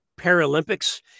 Paralympics